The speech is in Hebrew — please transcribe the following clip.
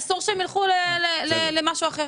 אסור שהן יילכו למשהו אחר.